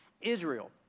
Israel